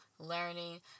learning